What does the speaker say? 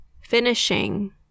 finishing